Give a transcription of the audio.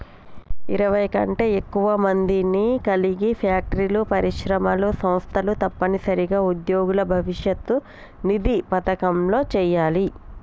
ఇరవై కంటే ఎక్కువ మందిని కలిగి ఫ్యాక్టరీలు పరిశ్రమలు సంస్థలు తప్పనిసరిగా ఉద్యోగుల భవిష్యత్ నిధి పథకంలో చేయాలి